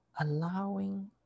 allowing